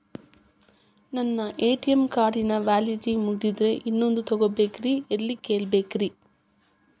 ನನ್ನ ATM card ನ validity ಮುಗದದ್ರಿ ಇನ್ನೊಂದು ತೊಗೊಬೇಕ್ರಿ ಎಲ್ಲಿ ಕೇಳಬೇಕ್ರಿ?